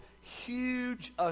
huge